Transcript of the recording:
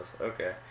okay